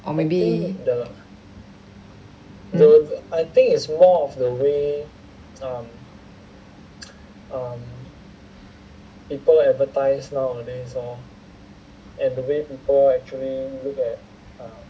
or maybe hmm